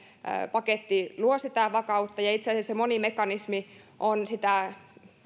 paketti luo sitä vakautta ja itse asiassa moni mekanismi on sitä